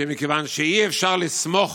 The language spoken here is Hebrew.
שמכיוון שאי-אפשר לסמוך